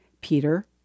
Peter